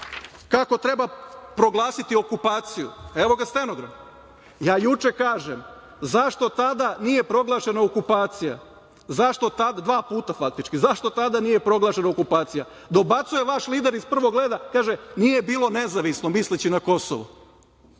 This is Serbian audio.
kako treba proglasiti okupaciju, evo ga stenogram. Ja juče kažem – zašto tada nije proglašena okupacija? Zašto tada nije proglašena okupacija? Dobacuje vaš lider iz prvog reda, pa kaže – nije bilo nezavisno, misleći na Kosovo,